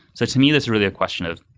so, to me, that's really a question of